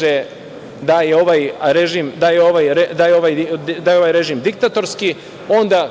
je da ovaj režim diktatorski. Onda